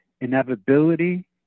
inevitability